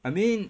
I mean